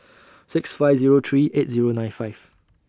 six five Zero three eight Zero nine five